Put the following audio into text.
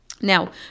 Now